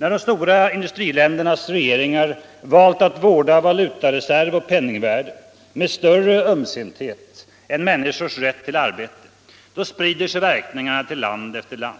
När de stora industriländernas regeringar valt att vårda valutareserv och penningvärde med större ömsinthet än människors rätt till arbete sprider sig verkningarna till land efter land.